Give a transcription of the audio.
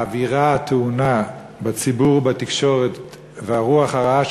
האווירה הטעונה בציבור ובתקשורת והרוח הרעה